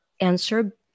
answer